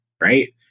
right